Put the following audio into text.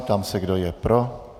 Ptám se, kdo je pro.